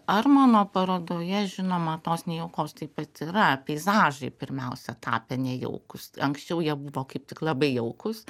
armono parodoje žinoma tos nejaukos taip pat yra peizažai pirmiausia tapę nejaukus anksčiau jie buvo kaip tik labai jaukus